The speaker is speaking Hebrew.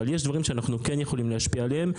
אבל יש דברים שאנחנו כן יכולים להשפיע עליהם,